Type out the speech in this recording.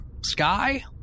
sky